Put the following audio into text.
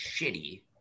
shitty